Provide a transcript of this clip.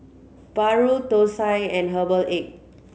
Paru Thosai and herbal egg